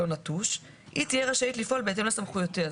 נטוש הרשות תהיה רשאית לפעול בהתאם לסמכויותיה,